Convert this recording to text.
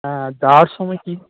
আর যাওয়ার সময় কি